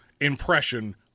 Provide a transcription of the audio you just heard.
impression